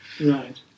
Right